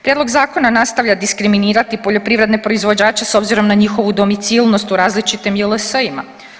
Prijedlog zakona nastavlja diskriminirati poljoprivredne proizvođače s obzirom na njihovu domicilnost u različitim JLS-ima.